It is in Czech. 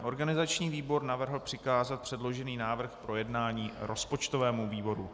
Organizační výbor navrhl přikázat předložený návrh k projednání rozpočtovému výboru.